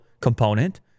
component